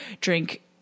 drink